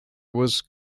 was